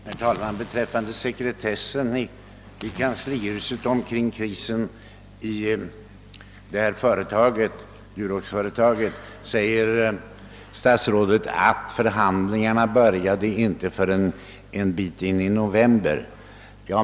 Herr talman! Beträffande sekretessen i kanslihuset kring krisen i Duroxföretaget säger statsrådet, att förhandlingarna inte började förrän en bit in i november.